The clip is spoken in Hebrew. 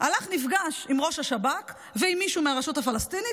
הלך ונפגש עם ראש השב"כ ועם מישהו מהרשות הפלסטינית